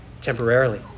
temporarily